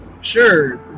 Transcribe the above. sure